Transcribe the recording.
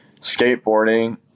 skateboarding